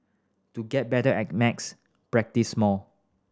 to get better at max practise more